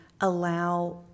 allow